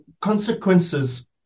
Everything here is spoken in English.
consequences